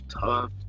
tough